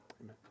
Amen